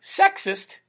sexist